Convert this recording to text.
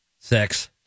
Sex